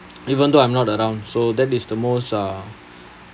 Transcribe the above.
even though I'm not around so that is the most uh